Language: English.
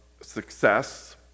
success